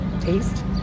taste